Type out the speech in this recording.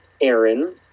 Aaron